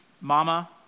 Mama